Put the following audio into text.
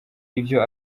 ivyo